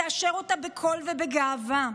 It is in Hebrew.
תאשר אותה בקול ובגאווה,